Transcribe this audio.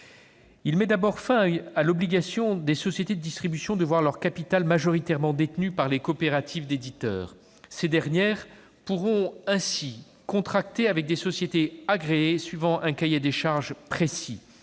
étaient tenues les sociétés de distribution d'avoir leur capital majoritairement détenu par les coopératives d'éditeurs. Ces dernières pourront ainsi contracter avec des sociétés agréées, suivant un cahier des charges précis.